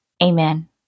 Amen